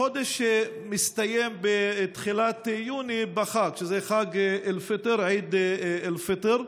החודש מסתיים בתחילת יוני, בחג, שזה עיד אל-פיטר,